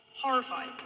horrified